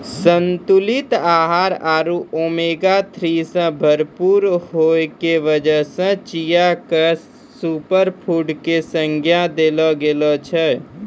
संतुलित आहार आरो ओमेगा थ्री सॅ भरपूर होय के वजह सॅ चिया क सूपरफुड के संज्ञा देलो गेलो छै